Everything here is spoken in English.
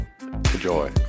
Enjoy